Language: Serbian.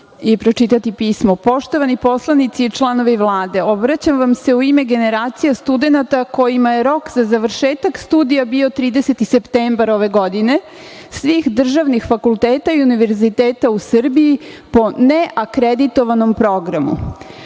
i pročitati pismo – Poštovani poslanici i članovi Vlade, obraćam vam se u ime generacije studenata kojima je rok za završetak studija bio 30. septembar ove godine svih državnih fakulteta i univerziteta u Srbiji po neakreditovanom programu.